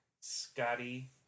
Scotty